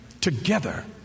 together